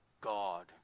God